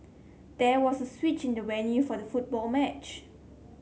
there was a switch in the venue for the football match